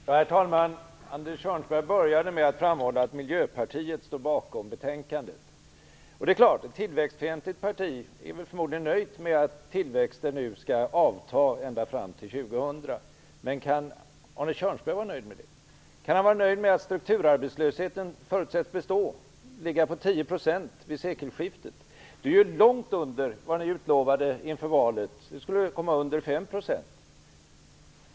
Herr talman! Arne Kjörnsberg började med att framhålla att Miljöpartiet står bakom betänkandet. Ett tillväxtfientligt parti är väl förmodligen nöjt med att tillväxten nu skall avta ända fram till år 2000, men kan Arne Kjörnsberg vara nöjd med det? Kan han vara nöjd med att strukturarbetslösheten förutsätts bestå och ligga på 10 % vid sekelskiftet? Det är ju långt över vad ni utlovade inför valet, nämligen att komma under 5 %.